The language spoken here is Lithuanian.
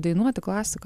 dainuoti klasiką